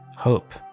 hope